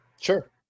sure